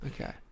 Okay